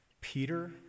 Peter